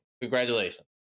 congratulations